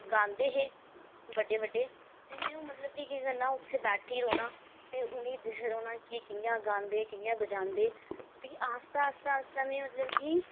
गांदे हे बड्डे बड्डे हे ते में ओह् मतलब कि केह् करना उत्थें बैठी रौह्ना ते उ'नें गी दिखदे रौह्ना कि कि'यां गांदे कि'यां बजांदे मतलब कि आस्ता आस्ता आस्ता में मतलब कि